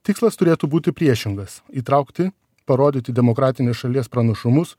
tikslas turėtų būti priešingas įtraukti parodyti demokratinės šalies pranašumus